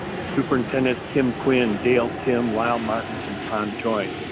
superintendent tim quinn, dale kim, lyle martins, and tom joy.